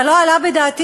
אבל לא עלה בדעתי,